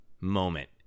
moment